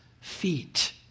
feet